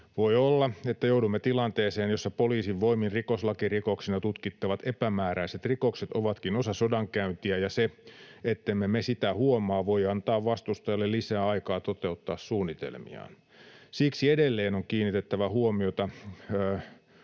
Voi olla, että joudumme tilanteeseen, jossa poliisin voimin rikoslakirikoksina tutkittavat epämääräiset rikokset ovatkin osa sodankäyntiä, ja se, ettemme me sitä huomaa, voi antaa vastustajalle lisää aikaa toteuttaa suunnitelmiaan. Siksi edelleen on kiinnitettävä huomiota